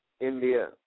India